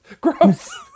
Gross